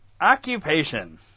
occupation